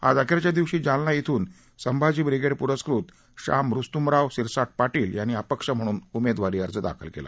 आज अखेरच्या दिवशी जालना इथून संभाजी ब्रिगेड पुरस्कृत शाम रूस्तमराव सिरसाठ पाटील यांनी अपक्ष म्हणून उमेदवारी अर्ज दाखल केला